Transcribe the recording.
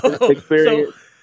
experience